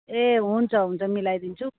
ए हुन्छ हुन्छ मिलाई दिन्छु